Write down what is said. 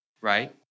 right